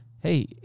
hey